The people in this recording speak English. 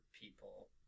people